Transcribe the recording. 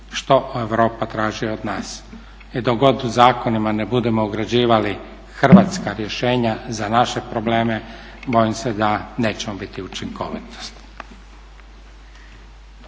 što Europa traži od nas. I dok god u zakonima ne budemo ugrađivali hrvatska rješenja za naše probleme bojim se da nećemo biti učinkoviti.